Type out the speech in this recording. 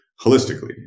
holistically